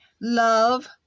Love